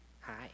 Hi